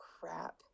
crap